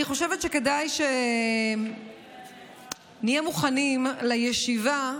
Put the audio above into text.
אני חושבת שכדאי שנהיה מוכנים לישיבה,